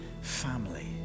family